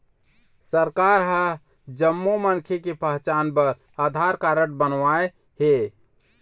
सरकार ह सब्बो मनखे के पहचान बर आधार कारड बनवाए हे